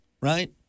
right